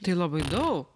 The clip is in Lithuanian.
tai labai daug